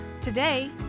Today